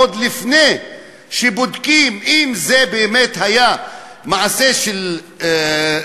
עוד לפני שבודקים אם זה באמת היה מעשה מכוון,